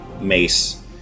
mace